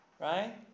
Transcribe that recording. right